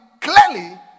clearly